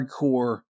hardcore